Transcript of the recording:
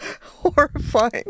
Horrifying